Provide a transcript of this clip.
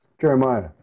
Jeremiah